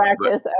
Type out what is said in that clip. practice